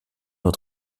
nur